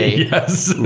yes.